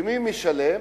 ומי משלם?